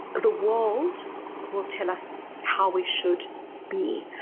the world will tell us how we should be.